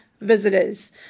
visitors